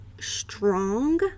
strong